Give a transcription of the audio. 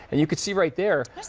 and you can see right there,